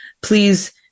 please